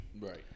Right